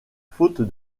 faute